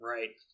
Right